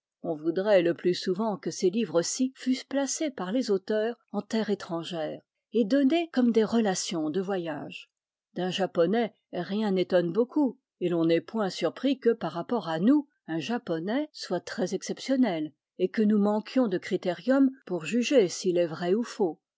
on voudrait le plus souvent que ces livres ci fussent placés par les auteurs en terre étrangère et donnés comme des relations de voyage d'un japonais rien n'étonne beaucoup et l'on n'est point surpris que par rapport à nous un japonais soit très exceptionnel et que nous manquions de critérium pour juger s'il est vrai ou faux